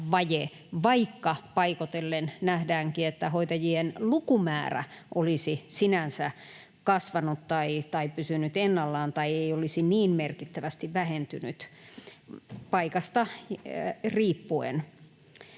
vaikka paikoitellen nähdäänkin, että hoitajien lukumäärä olisi sinänsä kasvanut tai pysynyt ennallaan tai ei olisi niin merkittävästi vähentynyt, paikasta riippuen.